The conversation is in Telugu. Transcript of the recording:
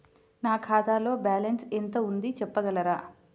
నా ఖాతాలో బ్యాలన్స్ ఎంత ఉంది చెప్పగలరా?